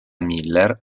miller